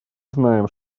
знаем